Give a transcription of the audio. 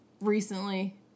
recently